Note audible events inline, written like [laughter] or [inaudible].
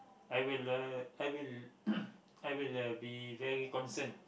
I will uh I will [coughs] I will uh be very concerned